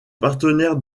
partenaire